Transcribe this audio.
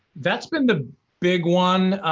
that's been the big one.